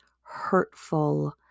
hurtful